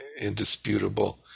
indisputable